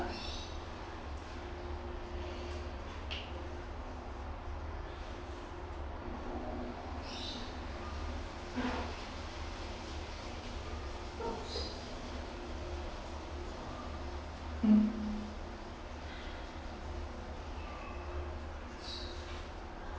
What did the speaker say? mm